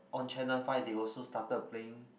on channel five they also started playing